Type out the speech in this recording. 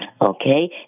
Okay